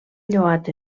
lloat